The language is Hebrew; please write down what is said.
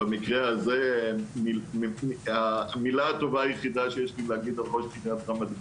במקרה הזה המילה הטובה היחידה שיש לי להגיד על ראש עריית רמת גן,